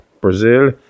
Brazil